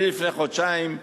לפני חודשיים,